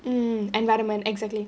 mm environment exactly